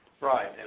Right